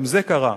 גם זה קרה,